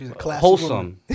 wholesome